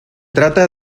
trata